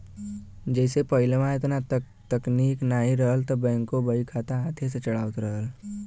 जइसे पहिलवा एतना तकनीक नाहीं रहल त बैंकों बहीखाता हाथे से चढ़ावत रहल